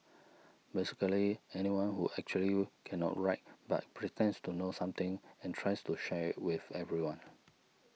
basically anyone who actually cannot write but pretends to know something and tries to share it with everyone